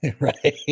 Right